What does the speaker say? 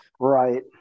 Right